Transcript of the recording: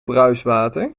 bruiswater